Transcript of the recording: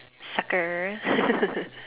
sucker